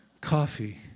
Coffee